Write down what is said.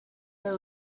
your